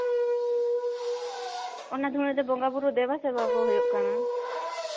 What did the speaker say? ᱚᱱᱟ ᱫᱷᱩᱬᱟᱹ ᱫᱚ ᱵᱚᱸᱜᱟ ᱵᱩᱨᱩ ᱫᱮᱵᱟ ᱥᱮᱵᱟᱣᱟᱠᱚ ᱦᱩᱭᱩᱜ ᱠᱟᱱᱟ